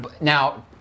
now